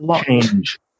change